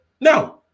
no